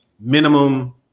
minimum